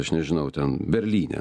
aš nežinau ten berlyne